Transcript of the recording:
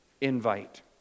Invite